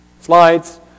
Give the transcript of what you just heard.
slides